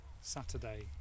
Saturday